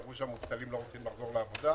אמרו שהמובטלים לא רוצים לחזור לעבודה.